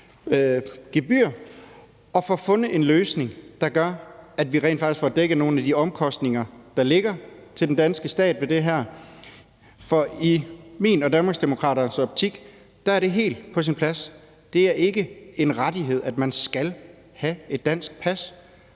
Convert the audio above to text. gebyr og får fundet en løsning, der gør, at vi rent faktisk får dækket nogle af de omkostninger, der ligger til den danske stat ved det her. For i min og Danmarksdemokraternes optik er det helt på sin plads. Det er ikke en rettighed, at man skal have et dansk pas.